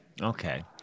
Okay